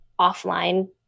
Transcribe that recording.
offline